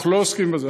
אנחנו לא עוסקים בזה,